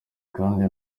kandi